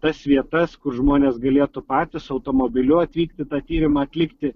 tas vietas kur žmonės galėtų patys automobiliu atvykti tą tyrimą atlikti